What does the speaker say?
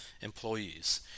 employees